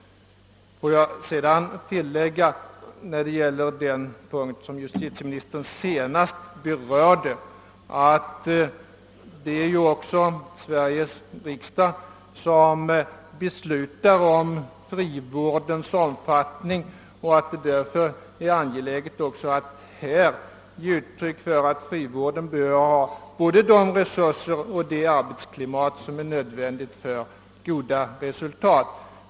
Får jag tillägga beträffande den punkt som justitieministern senast berörde att det är Sveriges riksdag som beslutar om frivårdens omfattning och att det därför är angeläget att här ge uttryck för åsikten att frivården bör tillförsäkras både de resurser och det arbetsklimat som krävs för goda resultat.